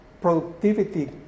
productivity